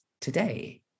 today